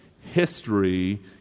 History